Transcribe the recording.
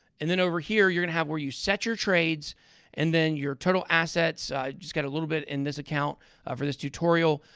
and then over here, you're going to have where you set your trades and then your total assets. i just got a little bit in this account for this tutorial.